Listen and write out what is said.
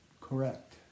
Correct